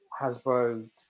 Hasbro